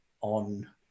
on